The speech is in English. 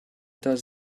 does